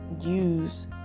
use